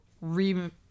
rem